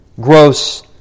Gross